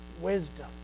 wisdom